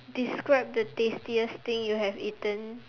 describe the tastiest thing you have eaten